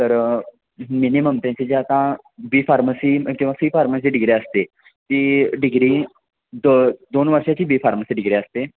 तर मिनिमम त्यांचे जे आता बी फार्मसी किंवा सी फार्मसी डिग्री असते ती डिग्री दो दोन वर्षाची बी फार्मसी डिग्री असते